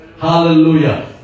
Hallelujah